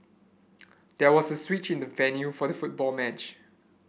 there was a switch in the venue for the football match